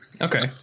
Okay